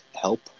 help